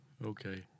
Okay